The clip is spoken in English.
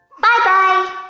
Bye-bye